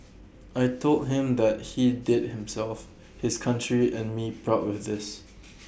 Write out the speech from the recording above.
I Told him that he did himself his country and me proud with this